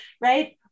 right